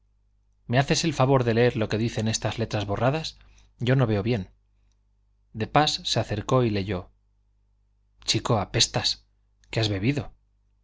me haces el favor de leer lo que dicen estas letras borradas yo no veo bien de pas se acercó y leyó chico apestas qué has bebido